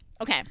Okay